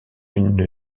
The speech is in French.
une